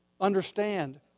understand